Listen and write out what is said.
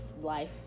life